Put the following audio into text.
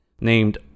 named